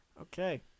Okay